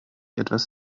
etwas